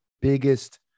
biggest